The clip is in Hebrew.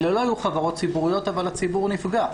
אלה לא היו חברות ציבוריות אבל הציבור נפגע,